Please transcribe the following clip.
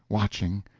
watching,